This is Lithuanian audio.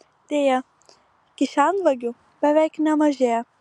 deja kišenvagių beveik nemažėja